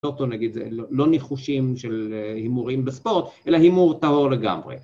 לא ניחושים של הימורים בספורט, אלא הימור טהור לגמרי.